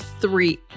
three